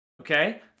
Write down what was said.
okay